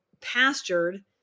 pastured